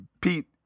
pete